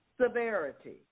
severity